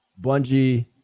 Bungie